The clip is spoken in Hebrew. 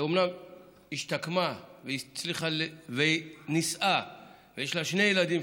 ואומנם השתקמה ונישאה ויש לה שני ילדים,